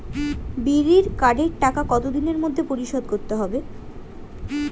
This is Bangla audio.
বিড়ির কার্ডের টাকা কত দিনের মধ্যে পরিশোধ করতে হবে?